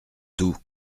tout